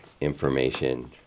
information